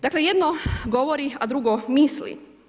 Dakle jedno govori, a drugo misli.